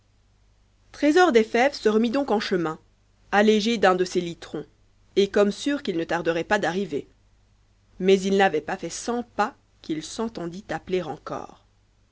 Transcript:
trésor des fèves se remit donc en chemin allégé d'un de ses litrons et comme sur qu'il ne tarderait pas d'arriver mais il n'avait pas fait cont pas qu'il s'entendit appeler encore